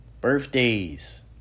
Birthdays